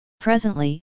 Presently